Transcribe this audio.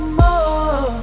more